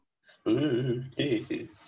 Spooky